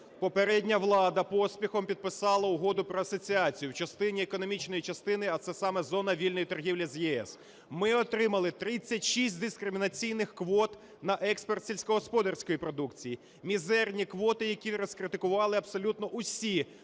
попередня влада поспіхом підписала Угоду про асоціацію в частині... економічної частини, а це саме зона вільної торгівлі з ЄС. Ми отримали 36 дискримінаційних квот на експорт сільськогосподарської продукції, мізерні квоти, які розкритикували абсолютно усі